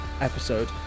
episode